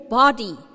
body